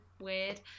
weird